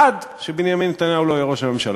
עד שבנימין נתניהו לא יהיה ראש הממשלה.